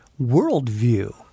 worldview